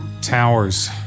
Towers